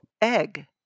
Egg